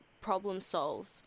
problem-solve